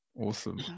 Awesome